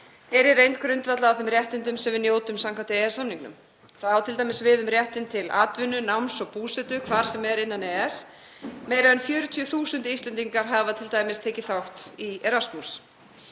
er í reynd grundvallað á þeim réttindum sem við njótum samkvæmt EES-samningnum. Það á t.d. við um réttinn til atvinnu, náms og búsetu hvar sem er innan EES. Meira en 40.000 Íslendingar hafa t.d. tekið þátt í Erasmus.